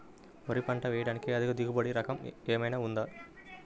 వరి పంట వేయటానికి అధిక దిగుబడి రకం ఏమయినా ఉందా?